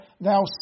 thou